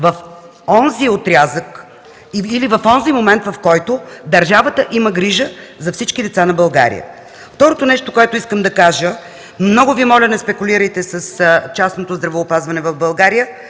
в онзи отрязък, или в онзи момент, в който държавата има грижа за всички деца на България. Второто нещо, което искам да кажа – много Ви моля, не спекулирайте с частното здравеопазване в България